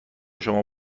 شما